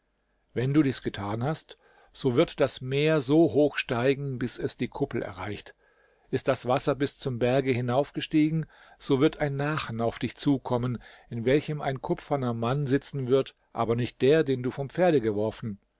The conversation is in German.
wenn du dies getan hast so wird das meer so hoch steigen bis es die kuppel erreicht ist das wasser bis zum berge hinauf gestiegen so wird ein nachen auf dich zukommen in welchem ein kupferner mann sitzen wird aber nicht der den du vom pferde geworfen